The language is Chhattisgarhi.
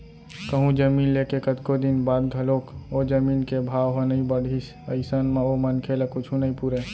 कहूँ जमीन ले के कतको दिन बाद घलोक ओ जमीन के भाव ह नइ बड़हिस अइसन म ओ मनखे ल कुछु नइ पुरय